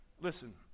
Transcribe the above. Listen